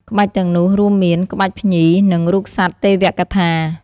ក្បាច់ទាំងនោះរួមមាន ក្បាច់ភ្ញី និងរូបសត្វទេវកថា។